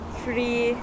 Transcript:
free